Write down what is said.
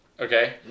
okay